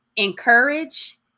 encourage